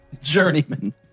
Journeyman